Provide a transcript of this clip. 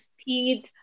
speed